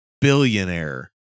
billionaire